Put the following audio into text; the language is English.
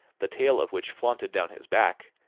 the tail of which flaunted down his back,